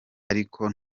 ariko